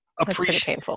appreciate